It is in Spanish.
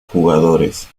jugadores